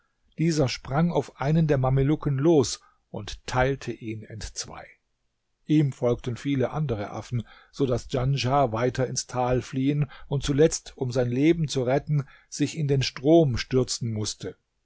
dieser sprang auf einen der mamelucken los und teilte ihn entzwei ihm folgten viele andere affen so daß djanschah weiter ins tal fliehen und zuletzt um sein leben zu retten sich in den strom stürzen mußte